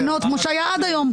הבנות כמו שהיה עד היום.